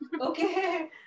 Okay